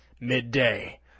midday